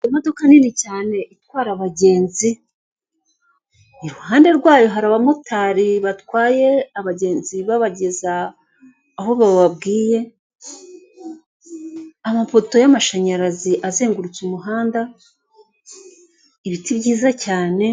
Imodoka nini cyane itwara abagenzi, iruhande rwayo hari abamotari batwaye abagenzi babageza aho bababwiye, amapoto y'amashanyarazi azengurutse uyu muhanda, ibiti byiza cyane,